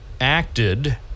acted